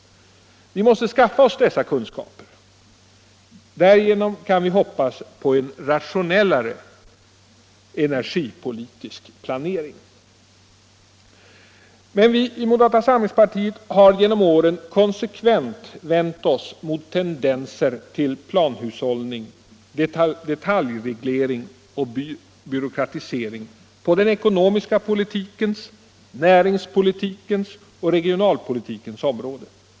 Vi måste skaffa oss dessa kunskaper. Därigenom kan vi hoppas på en rationellare energipolitisk planering. Men vi i moderata samlingspartiet har genom åren konsekvent vänt oss mot tendenser till planhushållning, detaljreglering och byråkratisering på den ekonomiska politikens, näringspolitikens och regionalpolitikens område.